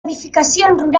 edificacions